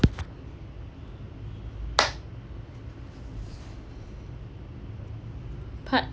part